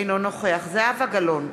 אינו נוכח זהבה גלאון,